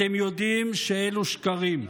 אתם יודעים שאלו שקרים.